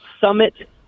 summit